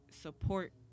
support